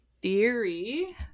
theory